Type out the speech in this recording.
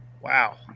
Wow